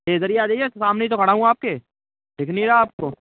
ये इधर ही आजाइए सामने ही तो खड़ा हूँ आपके दिख नहीं रहा आपको